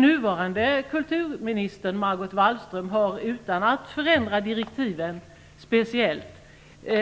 Nuvarande kulturministern Margot Wallström har utan att speciellt förändra direktiven